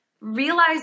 realize